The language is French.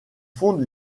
fonde